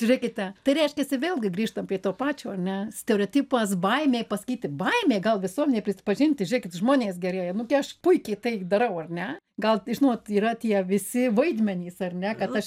žiūrėkite tai reiškiasi vėlgi grįžtam prie to pačio ar ne stereotipas baimė pasakyti baimė gal visuomenei prisipažinti žiūrėkit žmonės gerieji nu gi aš puikiai tai darau ar ne gal žinot yra tie visi vaidmenys ar ne kad aš